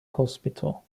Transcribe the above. hospital